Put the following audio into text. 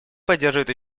поддерживает